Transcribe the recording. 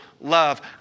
love